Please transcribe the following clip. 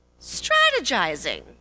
strategizing